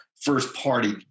first-party